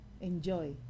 enjoy